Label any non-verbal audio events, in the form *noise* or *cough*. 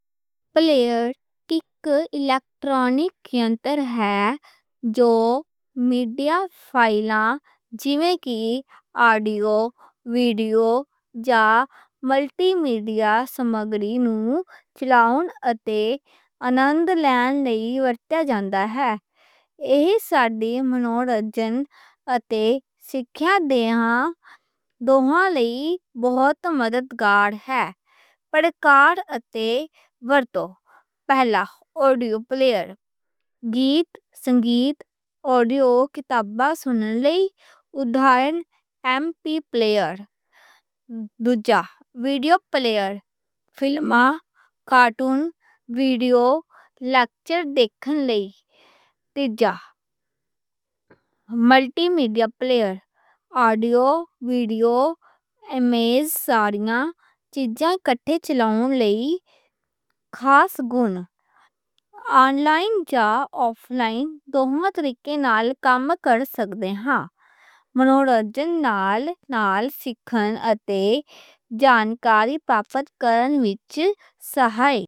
پلئیر اک الیکٹرانک ینتر ہے جو میڈیا فائل جیویں آڈیو، ویڈیو جا ملٹی میڈیا سمگری نوں چلاؤن لئی ورتیا جاندا ہے۔ ایہ ساڈی منورنجن اتے سکھیا دے دُوہاں لئی بہت مددگار ہے۔ پہلا، آڈیو پلئیر — گیت، سنگیت، آڈیو، کتاباں سُنن لئی، ادھارن ایم پی پلئیر۔ دوجا، video player — film, cartoon, video, lecture دیکھن لئی۔ تیجا، *hesitation* multi media player — audio, video, images storing اتے ڈاکومنٹ ہینڈلنگ، ساریاں چیزاں کٹھے چلاؤن لئی۔ آن لائن جا آف لائن دُوہاں طریقیاں نال آٹومیٹکلی کم کر سکدے ہاں۔ منورنجن نال سکھنا اتے جانکاری پرابت کرن وِچ سہائے۔